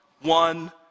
one